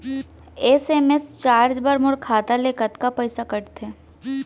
SMS charge बर मोर खाता ले कतका पइसा कटथे?